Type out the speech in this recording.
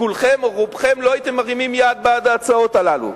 כולכם או רובכם לא הייתם מרימים יד בעד ההצעות האלה.